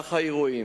במהלך האירועים,